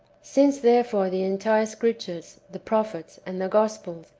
since, therefore, the entire scriptures, the prophets, and the gospels,